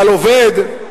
אבל עובד,